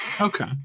Okay